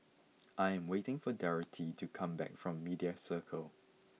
I am waiting for Dorathy to come back from Media Circle